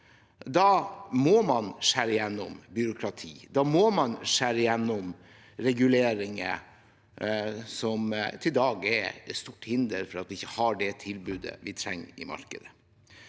da må man skjære gjennom reguleringer som i dag er et stort hinder, slik at vi ikke har det tilbudet vi trenger i markedet.